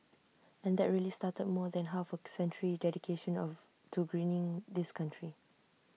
and that really started more than half A century dedication of to greening this country